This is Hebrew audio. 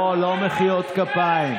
לא תזכה.